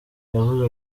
yavuze